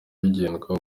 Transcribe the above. bigenwa